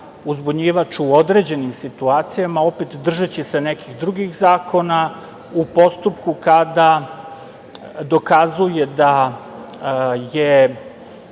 uzbunjivač u određenim situacijama, opet držeći se nekih drugih zakona u postupku kada dokazuje da je